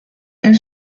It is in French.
elle